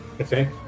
Okay